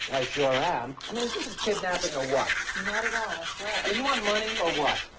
i sure am. i mean is this a kidnaping or what? not at all. i swear. i mean you want money or what?